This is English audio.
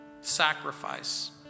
sacrifice